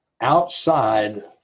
outside